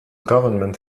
government